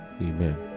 Amen